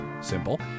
Simple